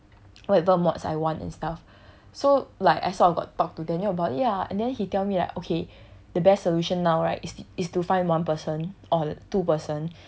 whatever mods I want and stuff so like I also got talk to daniel about it lah and then he tell me like okay the best solution now right is is to find one person or two person